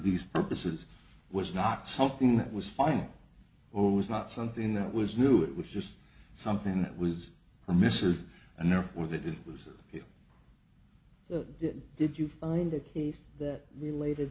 these purposes was not something that was final or was not something that was new it was just something that was permissive and therefore that it was a did did you find a case that related